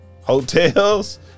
hotels